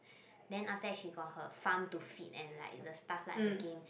then after that she got her farm to feed and like the stuff lah the game